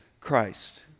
Christ